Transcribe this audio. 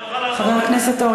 הוא צודק, אולי נוכל לעזור לו.